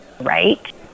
Right